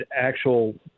actual